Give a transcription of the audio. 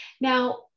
Now